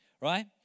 Right